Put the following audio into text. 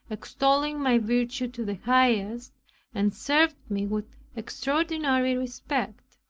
extolling my virtue to the highest and served me with extraordinary respect.